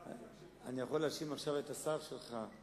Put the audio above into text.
אני יכול להאשים עכשיו את השר שלך,